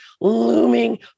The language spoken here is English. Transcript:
looming